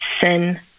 sin